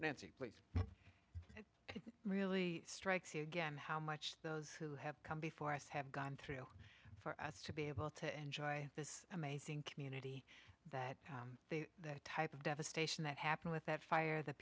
nancy it really strikes you again how much those who have come before us have gone through for us to be able to enjoy this amazing community that that type of devastation that happened with that fire th